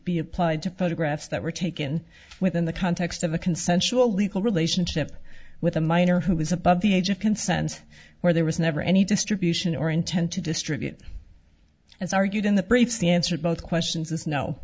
be applied to photographs that were taken within the context of a consensual legal relationship with a minor who is above the age of consent where there was never any distribution or intent to distribute as argued in the briefs the answer both questions is no